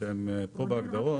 שהן כאן בהגדרות,